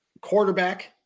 quarterback